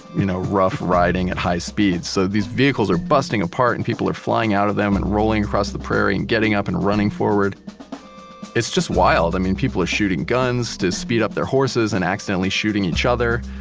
you know, rough riding at high speeds. so these vehicles are busting apart, and people are flying out of them and rolling across the prairie and getting up and running forward and it's just wild. i mean, people are shooting guns to speed up their horses and accidentally shooting each other.